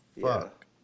fuck